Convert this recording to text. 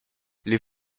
les